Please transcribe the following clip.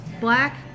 black